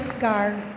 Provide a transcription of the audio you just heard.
gar.